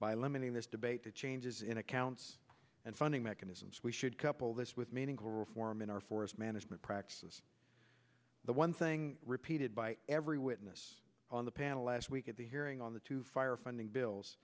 by limiting this debate to changes in accounts and funding mechanisms we should couple this with meaningful reform in our forest management practices the one thing repeated by every witness on the panel last week at the hearing on the two fire funding bills